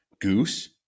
Goose